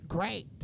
Great